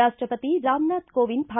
ರಾಪ್ಷಪತಿ ರಾಮನಾಥ್ ಕೋವಿಂದ್ ಭಾಗಿ